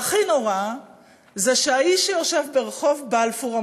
והכי נורא זה שהאיש שיושב ברחוב בלפור,